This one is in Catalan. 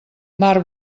mar